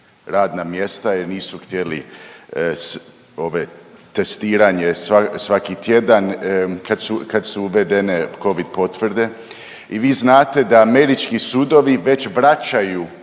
radna mjesta jer nisu htjeli ove testiranje svaki tjedan kad su, kad su uvedene Covid potvrde i vi znate da američki sudovi već vraćaju